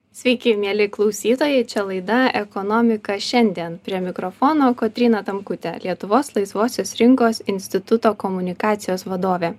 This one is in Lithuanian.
sveiki mieli klausytojai čia laida ekonomika šiandien prie mikrofono kotryna tamkutė lietuvos laisvosios rinkos instituto komunikacijos vadovė